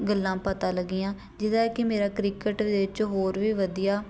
ਗੱਲਾਂ ਪਤਾ ਲੱਗੀਆਂ ਜਿਹਦਾ ਕਿ ਮੇਰਾ ਕ੍ਰਿਕਟ ਵਿੱਚ ਹੋਰ ਵੀ ਵਧੀਆ